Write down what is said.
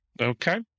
Okay